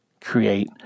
create